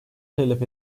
talep